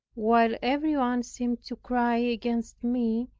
while every one seemed to cry against me,